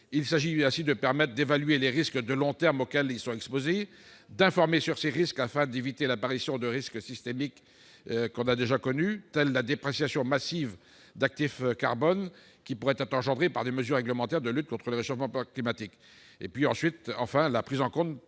Il s'agit de permettre l'évaluation des risques de long terme auxquels ils sont exposés, d'informer sur ces risques afin d'éviter l'apparition de risques systémiques que l'on a déjà connus, tels que la dépréciation massive d'actifs carbone, et qui pourraient être engendrés par des mesures réglementaires de lutte contre le réchauffement climatique. Par ailleurs, il convient que la prise en compte